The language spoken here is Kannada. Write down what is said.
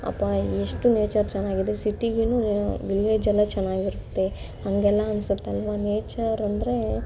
ಅಬ್ಬಾ ಎಷ್ಟು ನೇಚರ್ ಚೆನ್ನಾಗಿದೆ ಸಿಟಿಗಿನ್ನ ವಿಲೇಜಲ್ಲೇ ಚೆನ್ನಾಗಿರುತ್ತೆ ಹಾಗೆಲ್ಲ ಅನ್ಸುತ್ತಲ್ವಾ ನೇಚರಂದರೆ